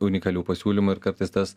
unikalių pasiūlymų ir kartais tas